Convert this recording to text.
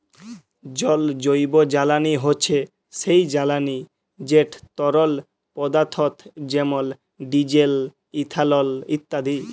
জল জৈবজ্বালানি হছে সেই জ্বালানি যেট তরল পদাথ্থ যেমল ডিজেল, ইথালল ইত্যাদি